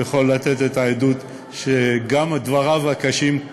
הוא יכול לתת את העדות שגם עם דבריו הקשים,